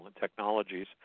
Technologies